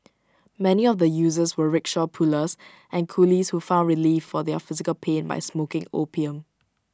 many of the users were rickshaw pullers and coolies who found relief for their physical pain by smoking opium